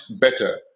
better